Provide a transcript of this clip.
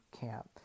camp